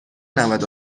نود